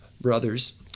brothers